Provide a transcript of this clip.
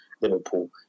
Liverpool